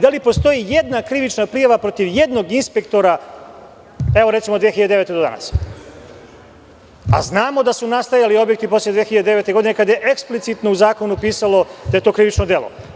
Da li postoji jedna krivična prijava protiv jednog inspektora, evo od 2009. godine do danas, a znamo da su nastajali objekti posle 2009. godine kada je eksplicitno u zakonu pisalo da je to krivično delo.